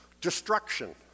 destruction